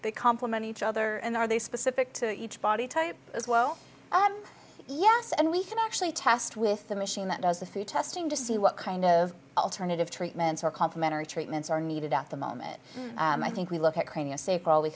they complement each other and are they specific to each body type as well yes and we can actually test with the machine that does the food testing to see what kind of alternative treatments or complimentary treatments are needed at the moment i think we look at creating a safe